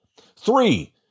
Three